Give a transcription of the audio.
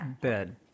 bed